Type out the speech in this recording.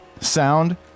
sound